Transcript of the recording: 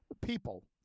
people